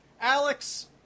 Alex